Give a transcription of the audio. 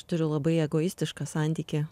turiu labai egoistišką santykį